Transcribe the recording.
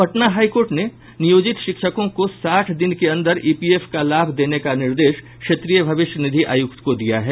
Patna high court ने नियोजित शिक्षकों को साठ दिनों के अंदर ईपीएफ का लाभ देने का निर्देश क्षेत्रीय भविष्य निधि आयुक्त को दिया है